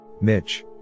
Mitch